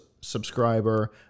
subscriber